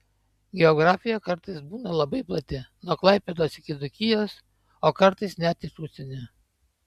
geografija kartais būna labai plati nuo klaipėdos iki dzūkijos o kartais net iš užsienio